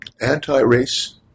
anti-race